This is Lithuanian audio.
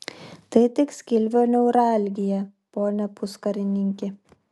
tai tik skilvio neuralgija pone puskarininki